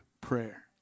prayer